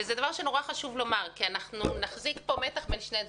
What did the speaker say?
זה דבר שחשוב מאוד לומר כי אנחנו נחזיק פה מתח בין שני דברים.